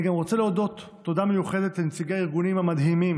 אני גם רוצה להודות תודה מיוחדת לנציגי הארגונים המדהימים